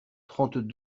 trente